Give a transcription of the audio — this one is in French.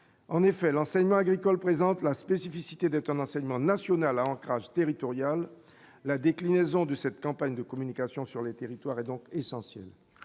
en effet, l'enseignement agricole présente la spécificité d'être un enseignement national ancrage territorial, la déclinaison de cette campagne de communication sur les territoires et donc essentiel,